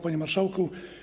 Panie Marszałku!